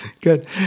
Good